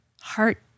heart